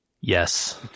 Yes